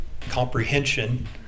comprehension